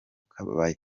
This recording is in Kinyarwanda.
kabaya